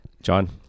john